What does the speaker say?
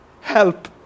Help